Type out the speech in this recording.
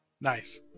Nice